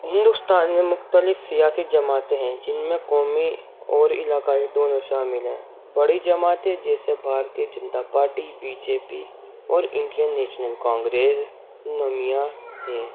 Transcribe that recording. ہندوستان میں مختلف سیاسی جماعتیں ہیں جن میں قومی اور علاقائی دونوں شامل ہیں بڑی جماعتیں جیسے Bharatiya Janata Party B J P اور انڈین نیشنل کانگریس نامی ہیں